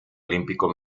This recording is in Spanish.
olímpico